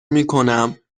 میکنم